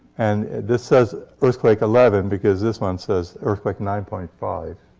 and this says earthquake eleven because this one says earthquake nine point five.